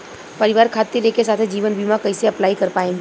परिवार खातिर एके साथे जीवन बीमा कैसे अप्लाई कर पाएम?